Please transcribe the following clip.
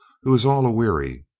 who is all aweary.